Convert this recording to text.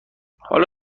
حالا